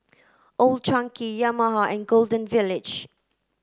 Old Chang Kee Yamaha and Golden Village